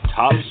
Top